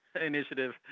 initiative